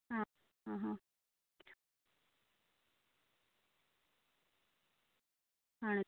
ആ ആ ആ ആണ്